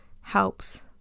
helps